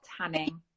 tanning